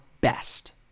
best